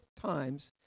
times